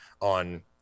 on